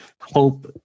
hope